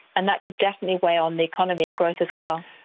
and that could definitely weight on the economy and growth as well.